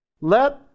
Let